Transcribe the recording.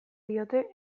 diote